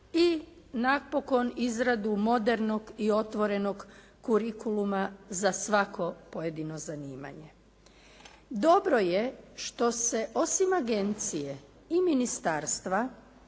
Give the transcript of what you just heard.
i napokon izradu modernog i otvorenom kurikuluma za svako pojedino zanimanje. Dobro je što se osim agencije i ministarstva